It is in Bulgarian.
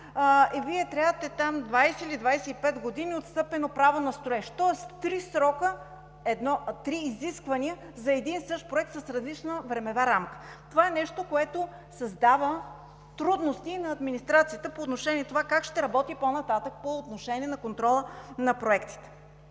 и Вие имате там 20 или 25 години отстъпено право на строеж, тоест три изисквания за един и същи проект с различна времева рамка. Това е нещо, което създава трудности на администрацията по отношение на това как ще работи по-нататък по отношение на контрола на проектите.